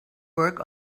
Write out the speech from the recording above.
work